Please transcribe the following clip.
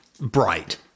bright